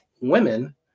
women